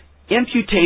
Imputation